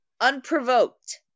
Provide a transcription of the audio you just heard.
unprovoked